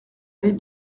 allée